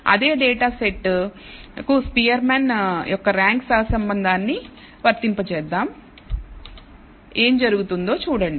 అదే data set కు Spearman యొక్క ర్యాంక్ సహసంబంధాన్ని వర్తింపజేద్దాం ఏమి జరుగుతుందో చూడండి